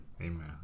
Amen